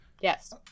yes